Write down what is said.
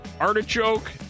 Artichoke